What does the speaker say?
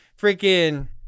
freaking